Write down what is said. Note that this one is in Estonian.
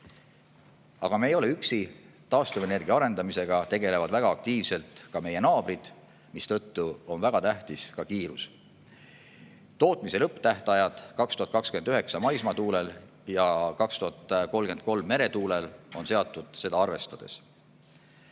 Aga me ei ole üksi, taastuvenergia arendamisega tegelevad väga aktiivselt ka meie naabrid, mistõttu on väga tähtis ka kiirus. Tootmise lõpptähtajad 2029 maismaatuulel ja 2033 meretuulel on seatud seda arvestades.